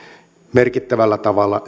merkittävällä tavalla